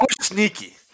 sneaky